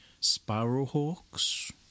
sparrowhawks